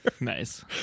Nice